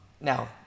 Now